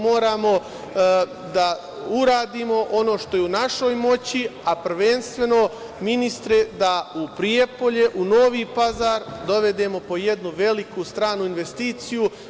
Moramo da uradimo ono što je u našoj moći, a prvenstveno ministre, da u Prijepolje u Novi Pazar dovedemo po jednu veliku stranu investiciju.